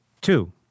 Two-